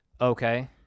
Okay